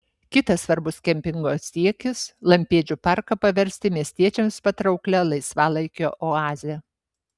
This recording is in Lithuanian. kitas svarbus kempingo siekis lampėdžių parką paversti miestiečiams patrauklia laisvalaikio oaze